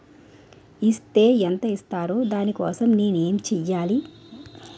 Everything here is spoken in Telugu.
ఇస్ తే ఎంత ఇస్తారు దాని కోసం నేను ఎంచ్యేయాలి?